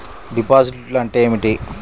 డిపాజిట్లు అంటే ఏమిటి?